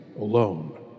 alone